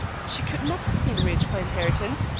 she could not have been rich by inheritance,